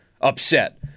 upset